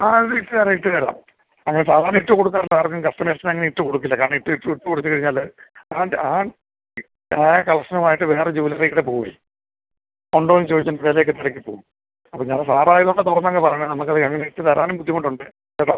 ആ ഇട്ട് തരാം ഇട്ട് തരാം അങ്ങനെ സാധാരണ ഇട്ട് കൊടുക്കാറില്ല ആർക്കും കസ്റ്റമേഴ്സിനങ്ങനെ ഇട്ട് കൊടുക്കില്ല കാരണം ഇട്ട് ഇട്ട് ഇട്ട് കൊടുത്ത് കഴിഞ്ഞാൽ ആയ കലക്ഷനുമായിട്ട് വേറെ ജ്വല്ലറീക്കൂടെ പോവേ ഉണ്ടോ എന്ന് ചോദിച്ച് വിലയൊക്കെ തിരക്കി പോവും അപ്പം ഞാൻ സാറായതുകൊണ്ടാ തുറന്നങ്ങ് പറഞ്ഞത് നമുക്കത് അങ്ങനെ ഇട്ട് തരാനും ബുദ്ധിമുട്ടുണ്ടേ കേട്ടോ